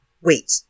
Wait